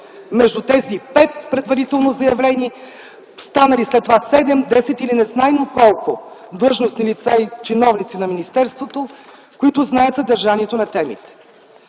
между тези пет предварително заявени, станали след това седем, десет или незнайно колко, длъжностни лица и чиновници на министерството, които знаят съдържанието на темите.